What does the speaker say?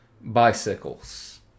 Bicycles